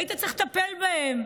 היית צריך לטפל בהם.